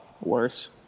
worse